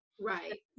Right